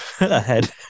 ahead